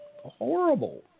horrible